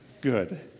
good